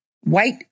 White